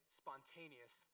spontaneous